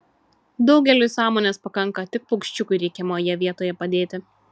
daugeliui sąmonės pakanka tik paukščiukui reikiamoje vietoje padėti